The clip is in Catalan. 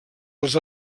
dels